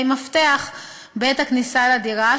בעת הכניסה לדירה,